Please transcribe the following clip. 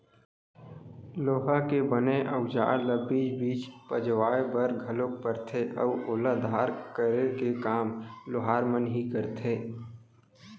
लोहा के बने अउजार ल बीच बीच पजवाय बर घलोक परथे अउ ओला धार करे के काम लोहार मन ही करथे